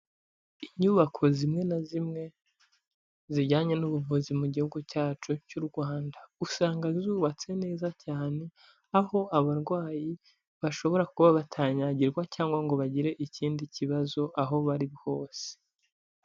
Inyubako zimwe na zimwe zijyanye n'ubuvuzi mu gihugu cyacu cy'u Rwanda, usanga zubatse neza cyane aho abarwayi bashobora kuba batanyagirwa cyangwa ngo bagire ikindi kibazo aho bari hose.